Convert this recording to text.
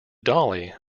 dolly